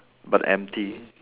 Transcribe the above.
but empty